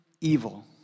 evil